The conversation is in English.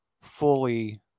fully